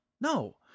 No